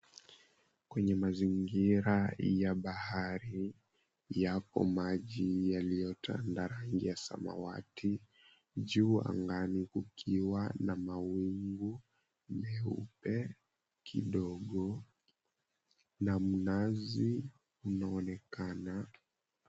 Kwenye mazingira ya bahari, yapo maji yaliyotanda rangi ya samawati, juu angani kukiwa na mawingu meupe kidogo na minazi inaonekana.